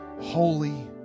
holy